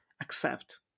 accept